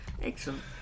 Excellent